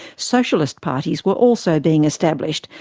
socialist parties were also being established,